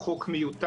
הוא חוק מיותר,